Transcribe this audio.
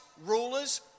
rulers